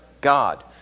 God